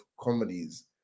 comedies